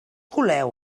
coleu